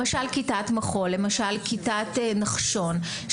למשל כיתת מחול, למשל כיתת נחשון.